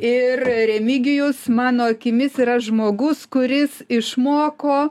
ir remigijus mano akimis yra žmogus kuris išmoko